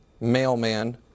Mailman